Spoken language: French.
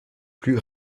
plus